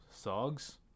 SOGS